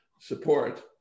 support